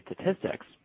statistics